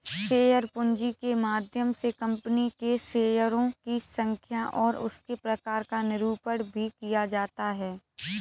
share पूंजी के माध्यम से कंपनी के शेयरों की संख्या और उसके प्रकार का निरूपण भी किया जाता है